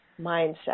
mindset